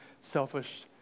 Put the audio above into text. selfish